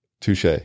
Touche